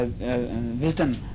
wisdom